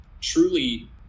truly